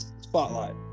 Spotlight